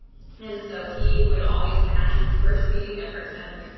and so he would always ask first meeting a person,